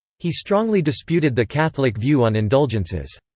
he strongly disputed the catholic view on indulgences.